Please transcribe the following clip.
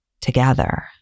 together